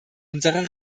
unserer